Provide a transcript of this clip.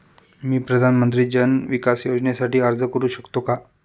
मी प्रधानमंत्री जन विकास योजनेसाठी अर्ज करू शकतो का?